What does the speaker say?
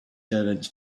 servants